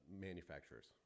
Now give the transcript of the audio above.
Manufacturers